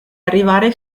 arrivare